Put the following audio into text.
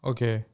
Okay